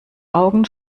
augen